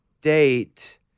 date